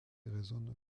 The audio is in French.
résonnent